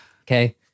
Okay